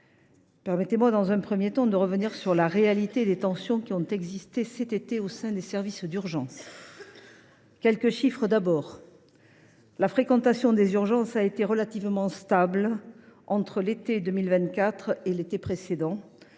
Permettez moi dans un premier temps de revenir sur la réalité des tensions qui ont existé cet été au sein des services d’urgence. Quelques chiffres, tout d’abord. La fréquentation des urgences a été relativement stable entre l’été 2024 et le précédent,